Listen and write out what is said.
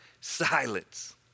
silence